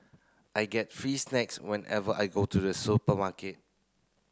I get free snacks whenever I go to the supermarket